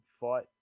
fight